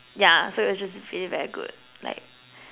yeah so it was just really very good like